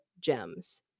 gems